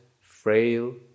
frail